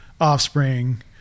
offspring